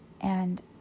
and